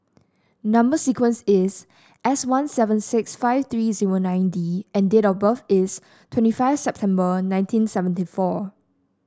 number sequence is S one seven six five three zero nine D and date of birth is twenty five September nineteen seventy four